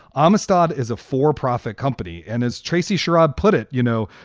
amistad is a for profit company. and as tracy sharon put it, you know,